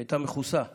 היא הייתה מכוסה כולה,